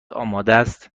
آمادست